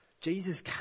Jesus